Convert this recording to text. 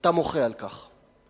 ואתה מוחה על כך.